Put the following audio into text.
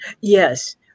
Yes